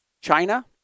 China